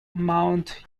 mount